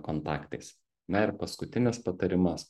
kontaktais na ir paskutinis patarimas